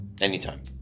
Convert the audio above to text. Anytime